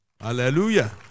Hallelujah